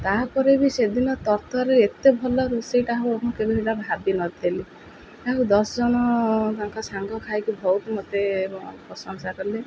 ତା'ପରେ ବି ସେଦିନ ତରତରରେ ଏତେ ଭଲ ରୋଷେଇଟା ହଉ ମୁଁ କେବେ ହେଟା ଭାବିନଥିଲି ତାକୁ ଦଶ ଜଣ ତାଙ୍କ ସାଙ୍ଗ ଖାଇକି ବହୁତ ମୋତେ ପ୍ରଶଂସା କଲେ